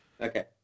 Okay